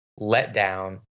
letdown